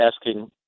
asking